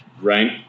right